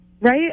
right